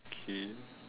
okay